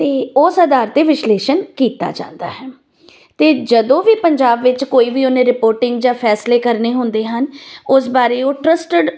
ਅਤੇ ਉਸ ਆਧਾਰ 'ਤੇ ਵਿਸ਼ਲੇਸ਼ਣ ਕੀਤਾ ਜਾਂਦਾ ਹੈ ਅਤੇ ਜਦੋਂ ਵੀ ਪੰਜਾਬ ਵਿੱਚ ਕੋਈ ਵੀ ਉਹਨੇ ਰਿਪੋਰਟਿੰਗ ਜਾਂ ਫੈਸਲੇ ਕਰਨੇ ਹੁੰਦੇ ਹਨ ਉਸ ਬਾਰੇ ਉਹ ਟਰਸਟਿਡ